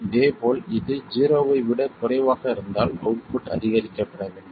இதேபோல் இது ஜீரோவை விட குறைவாக இருந்தால் அவுட்புட் அதிகரிக்கப்பட வேண்டும்